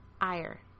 ire